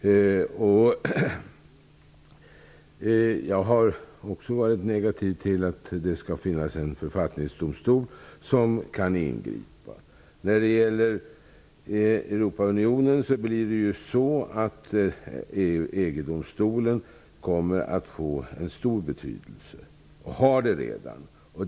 Jag har också varit negativ till att det skall finnas en författningsdomstol som kan ingripa. I Europaunionen kommer EG-domstolen att få stor betydelse -- den har det redan.